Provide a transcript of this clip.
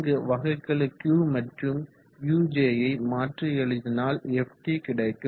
இங்கு வகைக்கெழு Q மற்றும் uj யை மாற்றி எழுதினால் Ft கிடைக்கும்